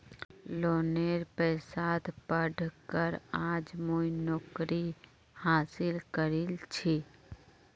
लोनेर पैसात पढ़ कर आज मुई नौकरी हासिल करील छि